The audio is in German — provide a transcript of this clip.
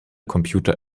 computer